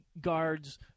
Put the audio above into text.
guards